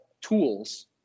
tools